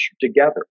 together